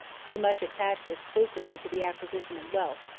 too much attached exclusively to the acquisition of wealth,